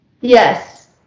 Yes